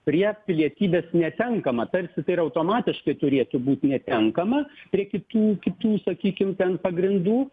prie pilietybės netenkama tarsi tai yra automatiškai turėtų būt netenkama prie kitų kitų sakykim ten pagrindų